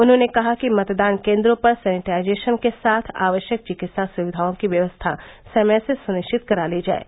उन्होंने कहा कि मतदान केन्द्रों पर सैनिटाइजेशन के साथ आवश्यक चिकित्सा सुविधाओं की व्यवस्था समय से सुनिश्चित करा ली जाये